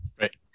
Right